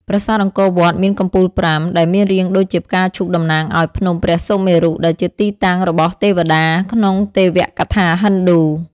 ប្រាសាទអង្គរវត្ត មាន កំពូលប្រាំ ដែលមានរាងដូចជាផ្កាឈូកតំណាងឲ្យ ភ្នំព្រះសុមេរុ ដែលជាទីតាំងរបស់ទេវតាក្នុងទេវកថាហិណ្ឌូ។